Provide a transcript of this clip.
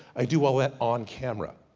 i do all that on camera.